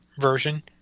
version